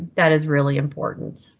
that is really important.